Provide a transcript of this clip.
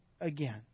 again